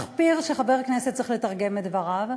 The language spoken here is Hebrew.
מחפיר שחבר כנסת צריך לתרגם את דבריו.